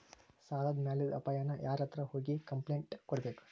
ಸಾಲದ್ ಮ್ಯಾಲಾದ್ ಅಪಾಯಾನ ಯಾರ್ಹತ್ರ ಹೋಗಿ ಕ್ಂಪ್ಲೇನ್ಟ್ ಕೊಡ್ಬೇಕು?